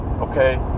okay